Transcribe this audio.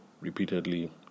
repeatedly